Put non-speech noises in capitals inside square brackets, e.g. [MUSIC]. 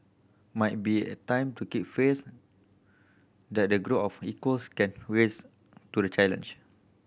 might be time to keep faith that a group of equals can [UNINTELLIGIBLE] to the challenge